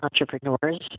entrepreneurs